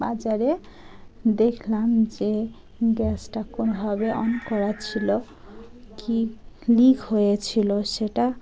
বাজারে দেখলাম যে গ্যাসটা কোনভাবে অন করা ছিল কি লিক হয়েছিলো সেটা